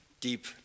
deep